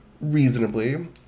reasonably